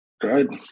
Good